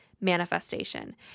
manifestation